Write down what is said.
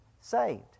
saved